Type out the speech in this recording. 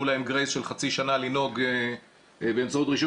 להם גרייס של חצי שנה לנהוג באמצעות רישוי.